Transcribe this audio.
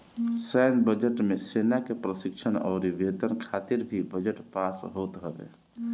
सैन्य बजट मे सेना के प्रशिक्षण अउरी वेतन खातिर भी बजट पास होत हवे